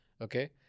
okay